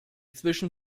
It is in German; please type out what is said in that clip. zwischen